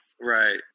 Right